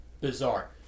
Bizarre